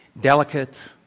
delicate